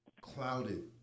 clouded